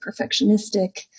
perfectionistic